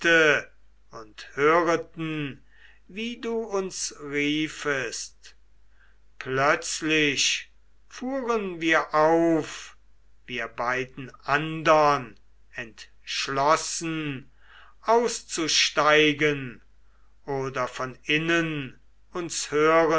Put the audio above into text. und hörten wie du uns riefest plötzlich fuhren wir auf wir beiden andern entschlossen auszusteigen oder von innen uns hören